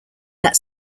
that